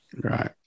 Right